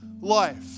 life